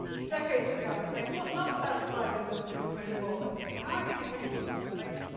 decades ago, i was not satisfied with ah with book twenty four, but now i think it really works. i like it.